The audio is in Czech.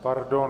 Pardon.